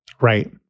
Right